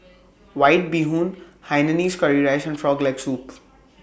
White Bee Hoon Hainanese Curry Rice and Frog Leg Soup